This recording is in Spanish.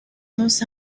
dos